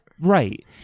right